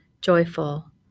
joyful